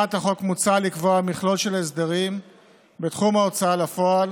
בהצעת החוק מוצע לקבוע מכלול של הסדרים בתחום ההוצאה לפועל